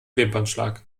wimpernschlag